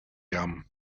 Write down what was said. gum